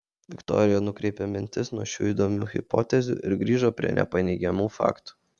viktorija nukreipė mintis nuo šių įdomių hipotezių ir grįžo prie nepaneigiamų faktų